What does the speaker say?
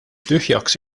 tühjaks